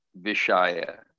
Vishaya